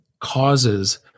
causes